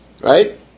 right